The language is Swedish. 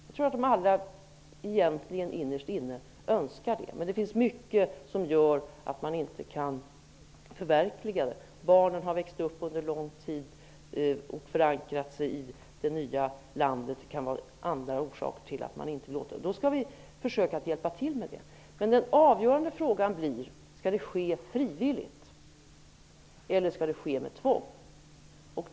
Jag tror att alla egentligen innerst inne önskar det, men det finns mycket som gör att man inte kan förverkliga det. Barnen har vuxit upp och förankrat sig i det nya landet under lång tid. Det kan finnas andra orsaker. Då skall vi försöka hjälpa till. Den avgörande frågan blir om återvändandet skall ske frivilligt eller om det skall ske med tvång.